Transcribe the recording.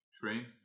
train